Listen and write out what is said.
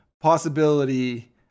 possibility